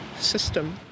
system